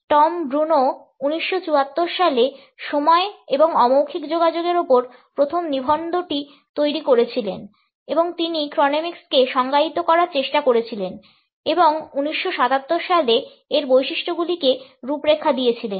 Tom Bruneau 1974 সালে সময় এবং অমৌখিক যোগাযোগের উপর প্রথম নিবন্ধটি তৈরি করেছিলেন এবং তিনি ক্রোনেমিক্সকে সংজ্ঞায়িত করার চেষ্টা করেছিলেন এবং 1977 সালে এর বৈশিষ্ট্যগুলিকে রূপরেখা দিয়েছিলেন